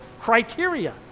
criteria